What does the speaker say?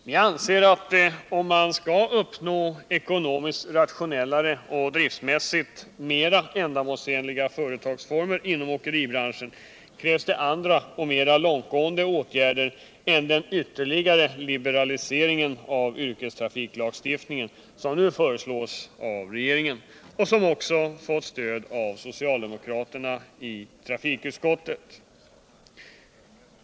Vi anser att om man skall uppnå ekonomiskt rationellare och driftmässigt mera ändamålsenliga företagsformer inom åkeribranschen krävs det andra och mera långtgående åtgärder än den ytterligare liberalisering av yrkestrafiklagstiftningen som nu föreslås av regeringen och som också fått stöd av socialdemokraterna i trafikutskottet.